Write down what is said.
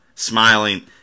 smiling